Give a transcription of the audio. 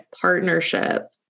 partnership